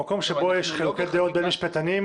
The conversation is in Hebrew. במקום שבו יש חילוקי דעות בין משפטנים,